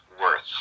worth